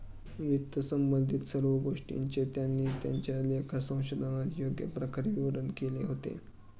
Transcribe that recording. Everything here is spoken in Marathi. वित्तसंबंधित सर्व गोष्टींचे त्यांनी त्यांच्या लेखा संशोधनात योग्य प्रकारे विवरण केले होते